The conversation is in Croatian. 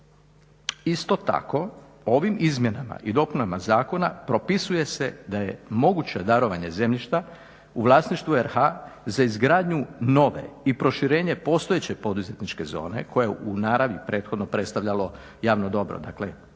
Isto tako, ovim izmjenama i dopunama zakona propisuje se da je moguće darovanje zemljišta u vlasništvu RH za izgradnju nove i proširenje postojeće poduzetničke zone koja je u naravni prethodno predstavljalo javno dobro,